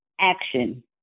action